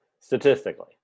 Statistically